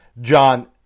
John